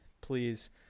Please